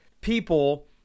people